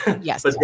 yes